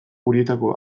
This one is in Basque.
horietako